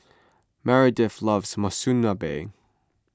Meredith loves Monsunabe